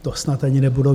To snad ani nebudou...